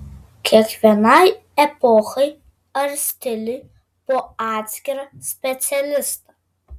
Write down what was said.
kiekvienai epochai ar stiliui po atskirą specialistą